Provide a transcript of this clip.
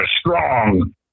strong